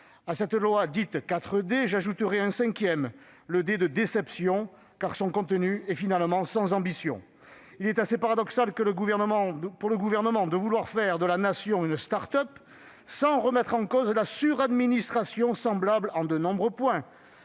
À cette loi dite 4D, j'en ajouterai un cinquième, le D de « déception », car son contenu est finalement sans ambition. Il est assez paradoxal pour le Gouvernement de vouloir faire de la Nation une start-up sans remettre en cause la suradministration, semblable en de nombreux points